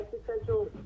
existential